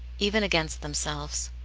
even against themselves.